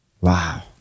Wow